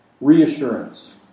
Reassurance